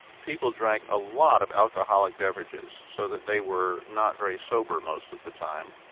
people drank a lot of alcoholic beverages, so that they were not very sober most of the time.